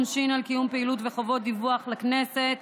עונשין על קיום פעילות וחובות דיווח לכנסת),